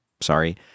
sorry